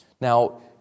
Now